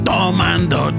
Tomando